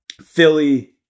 Philly